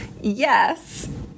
Yes